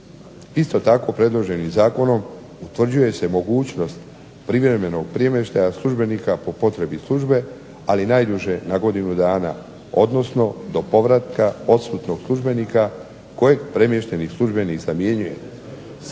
Isto tako, predloženim zakonom utvrđuje se mogućnost privremenog premještaja službenika po potrebi službe, ali najduže na godinu dana, odnosno do povratka odsutnog službenika kojeg premješteni službenik zamjenjuje,